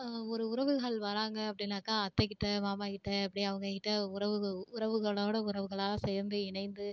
ஒரு உறவுகள் வராங்க அப்படினாக்க அத்தைகிட்டே மாமாகிட்டே இப்படி அவங்ககிட்டே உறவு உறவுகளோடு உறவுகளாக சேர்ந்து இணைந்து